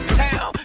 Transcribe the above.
town